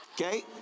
Okay